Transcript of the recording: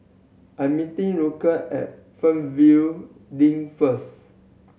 I'm meeting Lulah at Fernvale Link first